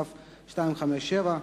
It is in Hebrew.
כ/257.